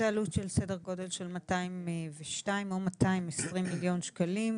זו עלות בסדר גודל של 202 מיליון ₪ או 220 מיליון ₪,